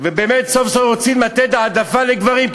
ובאמת סוף-סוף רוצים לתת העדפה לגברים.